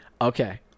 okay